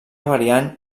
variant